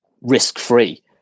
risk-free